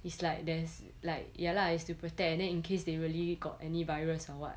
it's like there's like ya lah it's to protect and then in case they really got any virus or what